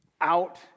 out